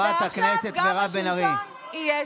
עכשיו גם השלטון יהיה שלנו.